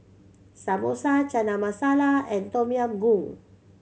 Samosa Chana Masala and Tom Yam Goong